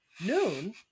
Noon